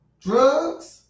drugs